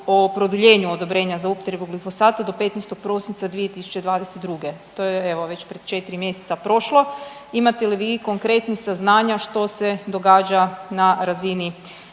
o produljenju odobrenja za upotrebu glifosata do 15. prosinca 2022., to je evo, već pred 4 mjeseca prošlo. Imate li vi konkretnih saznanja što se događa na razini